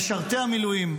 משרתי המילואים,